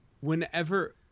Whenever